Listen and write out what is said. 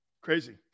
Crazy